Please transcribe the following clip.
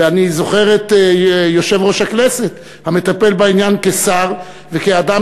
ואני זוכר את יושב-ראש הכנסת המטפל בעניין כשר וכאדם